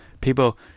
people